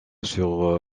sur